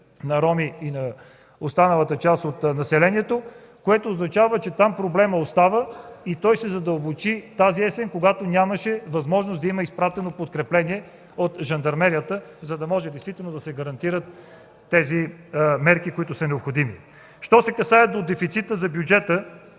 към 7000 останалата част от населението, което означава, че там проблемът остава и той ще се задълбочи тази есен, когато нямаше да има възможност да има изпратено подкрепление от жандармерията, за да може действително да се гарантират тези мерки, които са необходими. Що се касае до дефицита в бюджета,